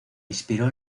inspiró